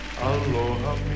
Aloha